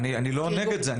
אני לא נגד זה,